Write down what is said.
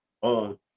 on